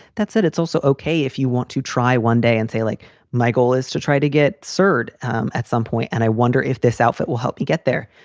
that said, it's also okay if you want to try one day and say like my goal is to try to get so cerd um at some point and i wonder if this outfit will help you get there.